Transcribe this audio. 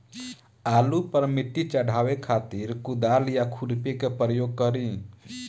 आलू पर माटी चढ़ावे खातिर कुदाल या खुरपी के प्रयोग करी?